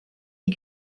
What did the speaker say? die